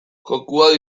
jokoa